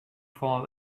fall